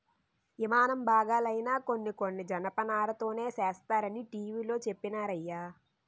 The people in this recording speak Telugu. యిమానం బాగాలైనా కొన్ని కొన్ని జనపనారతోనే సేస్తరనీ టీ.వి లో చెప్పినారయ్య